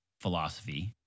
philosophy